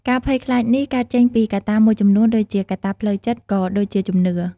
ការភ័យខ្លាចនេះកើតចេញពីកត្តាមួយចំនួនដូចជាកត្តាផ្លូវចិត្ត ក៏ដូចជាជំនឿ។